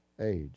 age